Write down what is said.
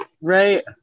Right